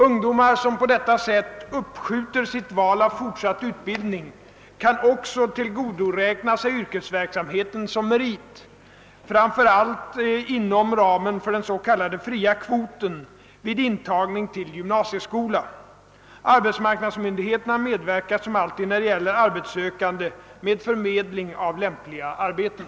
Ungdomar som på detta sätt uppskjuter sitt val av fortsatt utbildning kan också tillgodoräkna sig yrkesverksamheten som merit, framför allt inom ramen för den s.k. fria kvo :en, vid intagning till gymnasieskola. Arbetsmarknadsmyndigheterna medverkar som alltid när det gäller arbetssökande med förmedling av lämpliga arbeten.